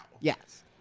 Yes